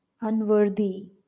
unworthy